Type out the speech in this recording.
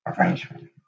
arrangement